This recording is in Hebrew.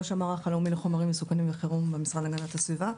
ראש המערך הלאומי לחומרים מסוכנים וחירום במשרד להגנת הסביבה.